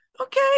okay